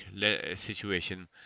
situation